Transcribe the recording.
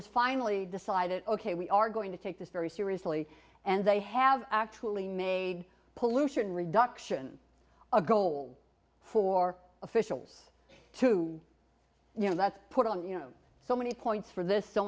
has finally decided ok we are going to take this very seriously and they have actually made pollution reduction a goal for officials to you know that's put on you know so many points for this so